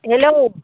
hello